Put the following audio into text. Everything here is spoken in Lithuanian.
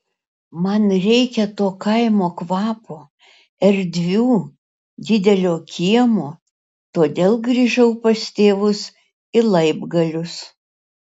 man reikia to kaimo kvapo erdvių didelio kiemo todėl grįžau pas tėvus į laibgalius